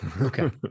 Okay